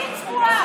אני צבועה?